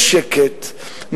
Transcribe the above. בשקט,